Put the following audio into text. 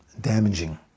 damaging